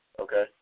Okay